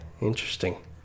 interesting